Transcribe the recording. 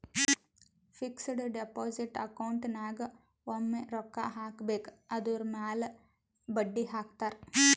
fixed deposit account ನಾಗ್ ಒಮ್ಮೆ ರೊಕ್ಕಾ ಹಾಕಬೇಕ್ ಅದುರ್ ಮ್ಯಾಲ ಬಡ್ಡಿ ಹಾಕ್ತಾರ್